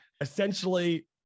essentially